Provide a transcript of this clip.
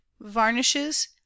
varnishes